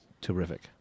terrific